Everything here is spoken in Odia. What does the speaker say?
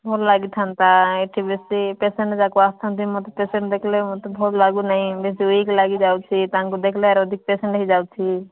ଭଲ ଲାଗିଥାନ୍ତା ଏଠି ବେଶୀ ପେସେଣ୍ଟ୍ ଯାକ ଆସନ୍ତି ମୋତେ ପେସେଣ୍ଟ୍ ଦେଖିଲେ ମତେ ଭଲ ଲାଗୁନାହିଁ ବେଶୀ ଉଇକ୍ ଲାଗିଯାଉଛି ତାଙ୍କୁ ଦେଖିଲେ ଆର ଅଧିକ ପେସେଣ୍ଟ୍ ହେଇଯାଉଛି